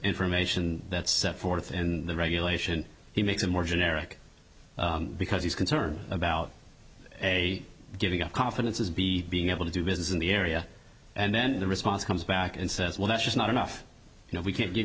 information that's forth in the regulation he makes a more generic because he's concerned about a giving up confidences be being able to do business in the area and then the response comes back and says well that's just not enough you know we can't give